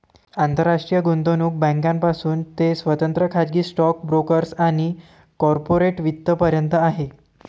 आंतरराष्ट्रीय गुंतवणूक बँकांपासून ते स्वतंत्र खाजगी स्टॉक ब्रोकर्स आणि कॉर्पोरेट वित्त पर्यंत आहे